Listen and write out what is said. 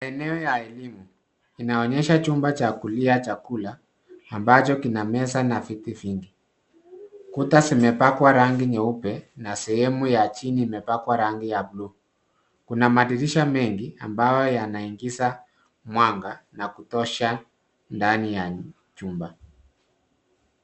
Enaeo ya elimu inaonyesha chumba cha kulia chakula ambacho kina meza na viti vingi . Kuta zimepakwa rangi nyeupe na sehemu ya chini imepakwa rangi ya bluu. Kuna madirisha mengi ambayo yanaingiza mwanga wa kutosha ndani ya chumba.